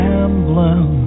emblem